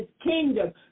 kingdom